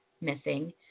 missing